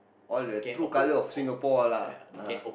all the true colour of Singapore lah ah